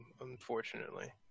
unfortunately